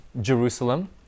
Jerusalem